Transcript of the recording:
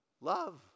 love